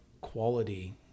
quality